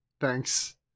Thanks